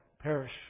perish